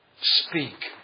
speak